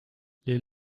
les